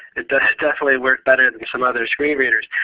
definitely work better than some other screen readers.